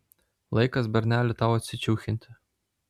laikas berneli tau atsičiūchinti